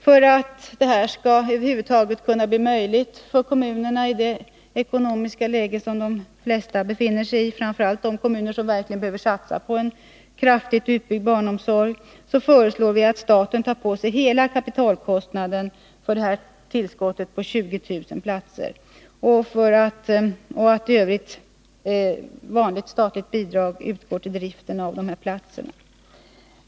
För att detta över huvud taget skall bli möjligt för kommunerna i det ekonomiska läge som de flesta befinner sig i, framför allt de kommuner som verkligen behöver satsa på en kraftigt utbyggd barnomsorg, föreslår vi att staten tar på sig hela kapitalkostnaden för detta tillskott på 20 000 platser och att i övrigt vanligt statsbidrag utgår till driften av dessa platser.